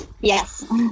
yes